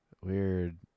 Weird